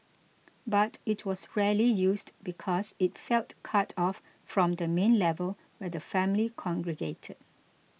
but it was rarely used because it felt cut off from the main level where the family congregated